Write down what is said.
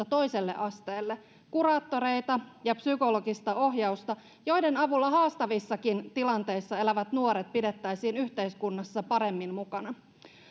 toiselle asteelle erityisopetusta kuraattoreita ja psykologista ohjausta joiden avulla haastavissakin tilanteissa elävät nuoret pidettäisiin yhteiskunnassa paremmin mukana